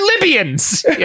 Libyans